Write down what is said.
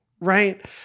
right